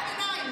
שנייה,